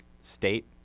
state